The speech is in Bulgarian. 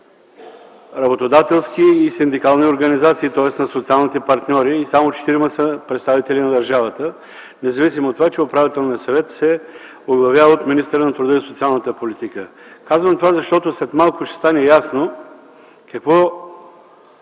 работодателски и синдикални организации, тоест на социалните партньори, и само четирима са представители на държавата, независимо от това, че Управителният съвет се оглавява от министъра на труда и социалната политика. Казвам това, защото след малко ще стане ясно какво